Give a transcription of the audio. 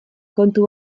kontu